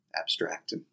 abstract